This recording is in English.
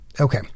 Okay